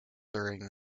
during